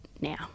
now